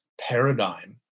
paradigm